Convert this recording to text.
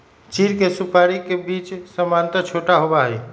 चीड़ के सुपाड़ी के बीज सामन्यतः छोटा होबा हई